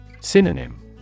Synonym